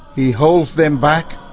he holds them back,